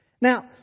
Now